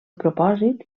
propòsit